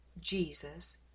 Jesus